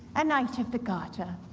a knight of the garter,